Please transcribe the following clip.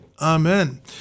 Amen